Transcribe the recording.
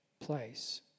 place